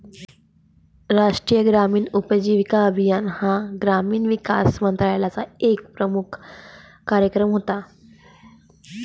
राष्ट्रीय ग्रामीण उपजीविका अभियान हा ग्रामीण विकास मंत्रालयाचा एक प्रमुख कार्यक्रम होता